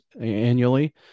annually